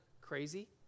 crazy